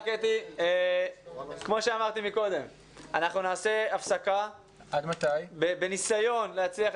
דבר שני, שיהיה מעקב רציני ושאם באמת יש דרישה